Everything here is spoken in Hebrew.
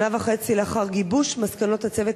שנה וחצי לאחר גיבוש מסקנות הצוות